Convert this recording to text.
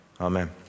Amen